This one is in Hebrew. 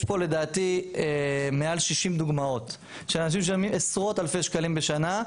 יש פה לדעתי מעל 60 דוגמאות של אנשים שמשלמים עשרות אלפי שקלים בשנה.